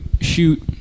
shoot